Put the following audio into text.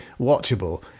watchable